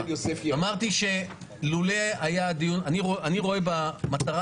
אמרתי שלולא היה דיון אני רואה במטרה